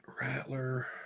Rattler